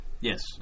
Yes